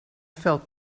felt